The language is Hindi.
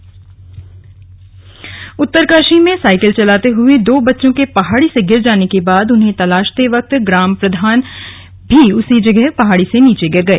दुर्घटना उत्तरकाशी में साइकिल चलाते हुए दो बच्चों के पहाड़ी से गिर जाने के बाद उन्हें तलाशते वक्त ग्राम प्रधान भी उसी जगह पर पहाडी से नीचे गिर गए